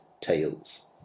Tales